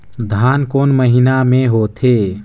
धान कोन महीना मे होथे?